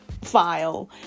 file